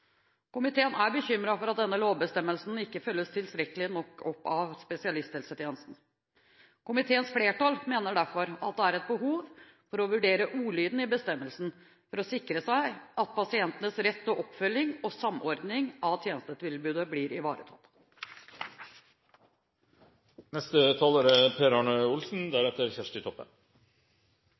Komiteen viser i innstillingen til spesialisthelsetjenesteloven § 2-5 a om pasientkoordinator. Komiteen er bekymret for at denne lovbestemmelsen ikke følges tilstrekkelig opp av spesialisthelsetjenesten. Komiteens flertall mener derfor at det er behov for å vurdere ordlyden i bestemmelsen for å sikre at pasientenes rett til oppfølging og samordning av tjenestetilbudet blir